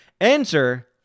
enter